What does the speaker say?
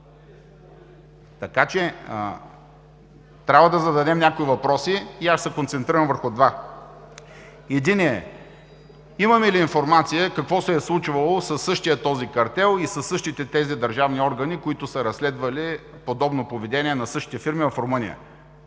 8,50 лв. Трябва да зададем някои въпроси и аз ще се концентрирам върху два. Единият е: имаме ли информация какво се е случвало със същия този картел и със същите тези държавни органи, които са разследвали подобно поведение на същите фирми в Румъния